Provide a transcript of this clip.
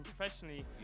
professionally